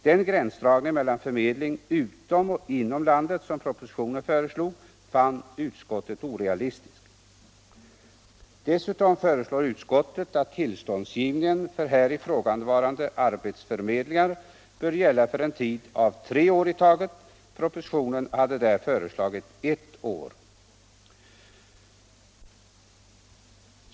Den gränsdragning mellan förmedling utom och inom landet som föreslogs i propositionen fann utskottet orealistisk. Dessutom föreslår utskottet att tillståndsgivningen för här ifrågavarande arbetsförmedling skall gälla för en tid av högst tre år i taget. I propositionen hade föreslagits ett år.